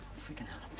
freaking out.